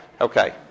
Okay